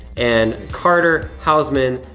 and carter houseman,